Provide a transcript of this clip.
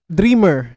dreamer